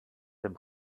dem